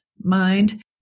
mind